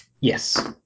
Yes